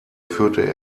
führte